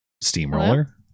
steamroller